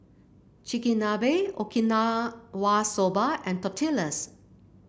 Chigenabe Okinawa Soba and Tortillas